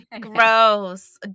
gross